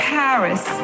paris